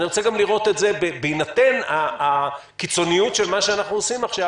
אני רוצה גם לראות את זה בהינתן הקיצוניות של מה שאנחנו עושים עכשיו